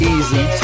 Easy